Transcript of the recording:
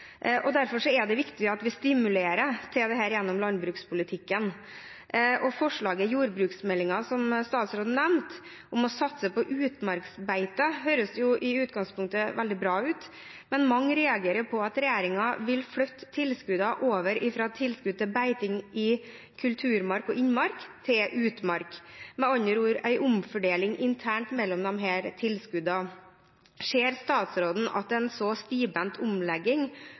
Derfor er det viktig at vi stimulerer til dette gjennom landbrukspolitikken. Forslaget i jordbruksmeldingen som statsråden nevnte, om å satse på utmarksbeite, høres i utgangspunktet veldig bra ut, men mange reagerer på at regjeringen vil flytte tilskuddene over fra tilskudd til beiting i kulturmark og innmark til utmark – med andre ord en omfordeling internt mellom disse tilskuddene. Ser statsråden at en så stivbent omlegging